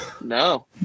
no